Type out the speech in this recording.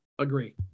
agree